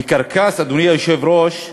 בקרקס, אדוני היושב-ראש,